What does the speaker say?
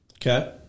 Okay